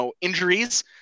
injuries